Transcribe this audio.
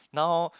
now